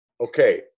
Okay